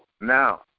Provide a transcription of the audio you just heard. now